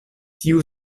tiu